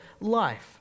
life